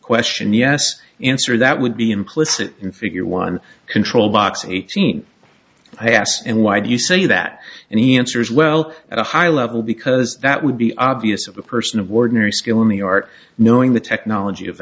question yes answer that would be implicit in figure one control box eighteen i asked and why do you say that and he answers well at a high level because that would be obvious of a person of ordinary skill me art knowing the technology of